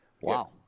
Wow